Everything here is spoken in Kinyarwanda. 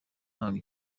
ntanga